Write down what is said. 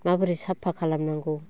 माबोरै साफा खालामनांगौ